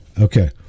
Okay